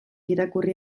irakurri